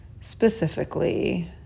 specifically